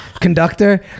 conductor